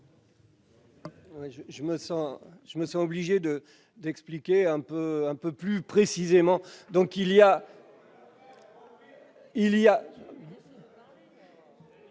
Je me sens obligé d'expliquer un peu plus précisément